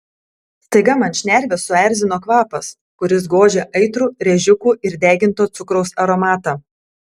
staiga man šnerves suerzino kvapas kuris gožė aitrų rėžiukų ir deginto cukraus aromatą